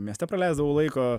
mieste praleisdavau laiko